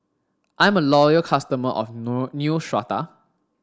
I'm a loyal customer of Neostrata